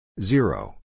Zero